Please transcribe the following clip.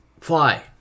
Fly